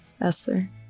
Esther